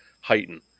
heighten